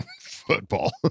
Football